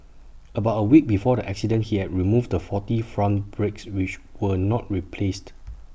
about A week before the accident he had removed the faulty front brakes which were not replaced